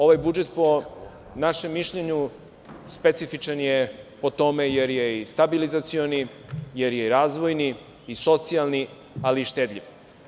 Ovaj budžet po našem mišljenju specifičan je po tome jer je i stabilizacioni, jer je i razvojni i socijalni, ali i štedljiv.